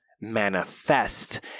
manifest